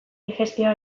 digestioa